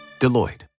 Deloitte